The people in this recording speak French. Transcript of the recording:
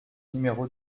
numéro